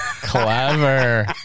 clever